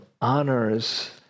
honors